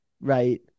right